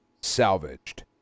salvaged